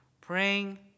praying